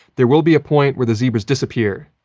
there will be a point where the zebras disappear.